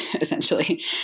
essentially